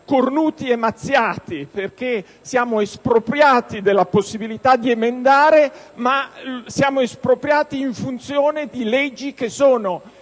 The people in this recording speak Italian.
«cornuti e mazziati», perché siamo espropriati della possibilità di emendare, ma ne siamo espropriati in funzione di leggi che sono